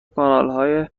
کانالهای